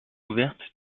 ouverte